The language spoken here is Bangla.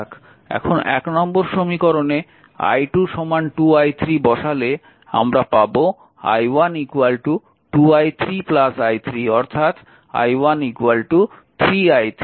এখন নম্বর সমীকরণে i2 2 i3 বসালে আমরা পাব i1 2 i3 i3 অর্থাৎ i1 3 i3